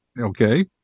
Okay